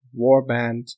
warband